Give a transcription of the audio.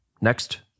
Next